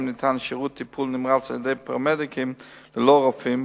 ניתן שירות טיפול נמרץ על-ידי פרמדיקים ללא רופאים,